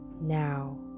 now